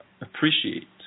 appreciate